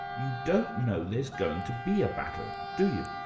you don't know there's going to be a battle, do you?